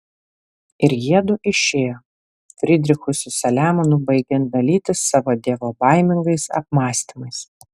ir jiedu išėjo frydrichui su saliamonu baigiant dalytis savo dievobaimingais apmąstymais